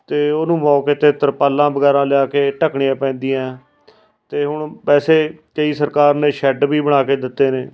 ਅਤੇ ਉਹਨੂੰ ਮੌਕੇ 'ਤੇ ਤਰਪਾਲਾਂ ਵਗੈਰਾ ਲਿਆ ਕੇ ਢੱਕਣੀਆਂ ਪੈਂਦੀਆਂ ਅਤੇ ਹੁਣ ਵੈਸੇ ਕਈ ਸਰਕਾਰ ਨੇ ਸ਼ੈੱਡ ਵੀ ਬਣਾ ਕੇ ਦਿੱਤੇ ਨੇ